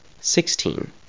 Sixteen